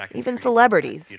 like even celebrities,